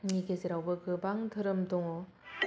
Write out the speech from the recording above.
नि गेजेरावबो गोबां धोरोम दङ